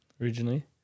originally